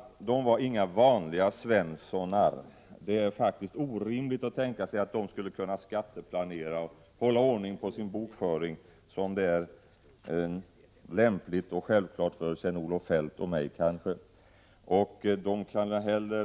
Dessa konstnärer var inga vanliga Svenssöner. Det är orimligt att tänka sig att de skulle kunna skatteplanera och hålla ordning på sin bokföring på det sätt som är självklart och lämpligt för Kjell-Olof Feldt och kanske även för mig. Kjell-Olof Feldt